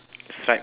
stripe